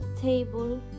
table